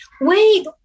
wait